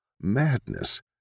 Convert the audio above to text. madness